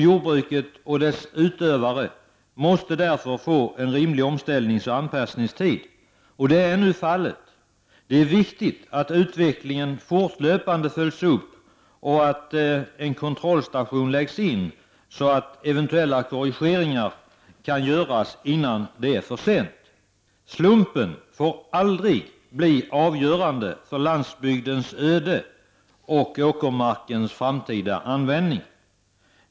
Jordbruket och dess utövare måste därför få en rimlig omställningsoch anpassningstid. Så är nu fallet. Det är viktigt att utvecklingen fortlöpande följs upp och att en kontrollstation läggs in så att eventuella korrigeringar kan göras innan det är för sent. Slumpen får aldrig bli avgörande för landsbygdens öde och åkermarkens framtida användning.